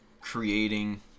creating